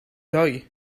ddoe